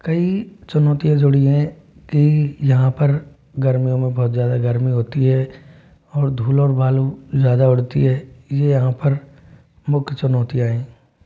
कई चुनौतियाँ जुड़ी हैं कि यहाँ पर गर्मियो में बहुत ज़्यादा गर्मी होती है और धूल और बालू ज़्यादा उड़ती है ये यहाँ पर मुख्य चुनौतियाँ हैं